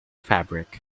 fabric